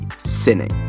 sinning